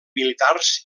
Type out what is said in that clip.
militars